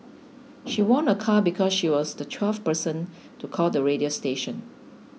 she won a car because she was the twelfth person to call the radio station